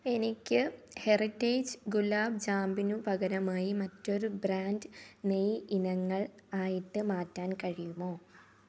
എനിക്ക് ഹെറിറ്റേജ് ഗുലാബ് ജാമിനു പകരമായി മറ്റൊരു ബ്രാൻഡ് നെയ്യ് ഇനങ്ങൾ ആയിട്ട് മാറ്റാൻ കഴിയുമോ